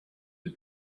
the